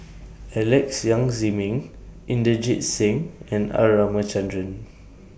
Alex Yam Ziming Inderjit Singh and R Ramachandran